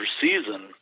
season